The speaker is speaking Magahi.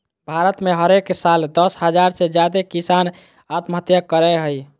भारत में हरेक साल दस हज़ार से ज्यादे किसान आत्महत्या करय हय